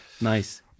Nice